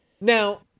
Now